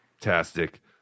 Fantastic